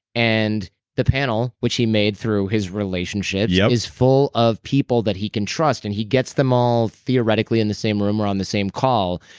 and the panel, which he made through his relationships, yeah is full of people that he can trust. and he gets them all theoretically in the same room or in the same call.